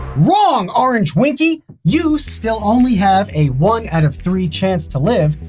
wrong, orange winkey. you still only have a one out of three chance to live,